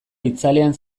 itzalean